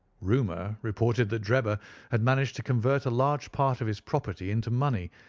rumour reported that drebber had managed to convert a large part of his property into money,